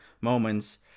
moments